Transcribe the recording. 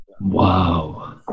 Wow